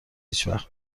هیچوقت